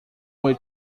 will